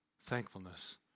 thankfulness